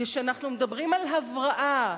כשאנחנו מדברים על "הבראה",